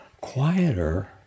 quieter